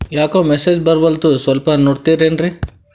ಯಾಕೊ ಮೆಸೇಜ್ ಬರ್ವಲ್ತು ಸ್ವಲ್ಪ ನೋಡ್ತಿರೇನ್ರಿ?